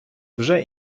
вже